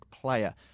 player